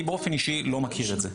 אני באופן אישי לא מכיר את זה.